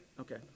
okay